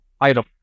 item